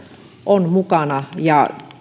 on mukana